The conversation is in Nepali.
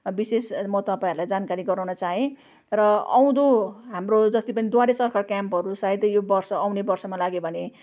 विशेष म तपाईँहरूलाई जानकारी गराउन चाहेँ र आउँदो हाम्रो जति पनि द्वारे सरकार क्याम्पहरू सायदै यो वर्ष आउने वर्षमा लाग्यो भने